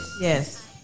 Yes